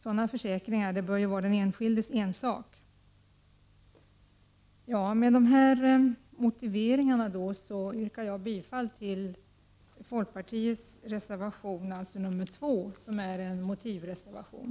Sådan försäkring bör vara den enskildes ensak att teckna. Med dessa motiveringar yrkar jag bifall till folkpartiets reservation, alltså nr 2, som är en motivreservation.